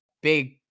big